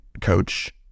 coach